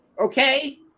Okay